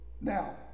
Now